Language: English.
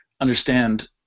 understand